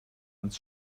ans